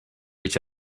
each